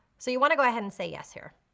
so you wanna go ahead and say yes here.